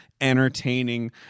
entertaining